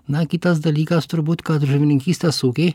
na kitas dalykas turbūt kad žuvininkystės ūkiai